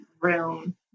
room